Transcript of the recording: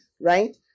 right